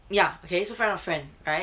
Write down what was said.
ya okay so friend of friend right